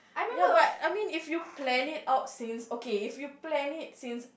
ya but I mean if you plan it out since okay if you plan it since